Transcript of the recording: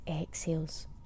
exhales